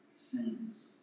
sins